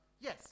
yes